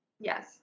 Yes